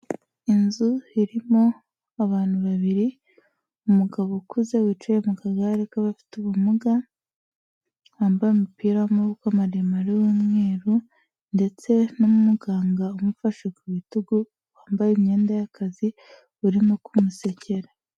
Inzu irimo abantu babiri umugabo ukuze wicaye mu kagare k'abafite ubumuga, wambaye umupira w'amaboko maremare y'umweru ndetse n'umuganga umufashe ku bitugu, wambaye imyenda y'akazi urimo kumusekera.